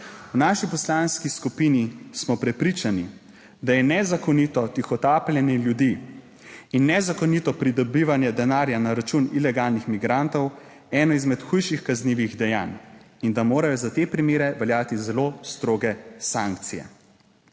V naši poslanski skupini smo prepričani, 4. TRAK (VI) 17.15 (nadaljevanje) da je nezakonito tihotapljenje ljudi in nezakonito pridobivanje denarja na račun ilegalnih migrantov eno izmed hujših kaznivih dejanj in da morajo za te primere veljati zelo stroge sankcije.